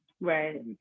right